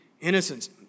innocence